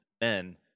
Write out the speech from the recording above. men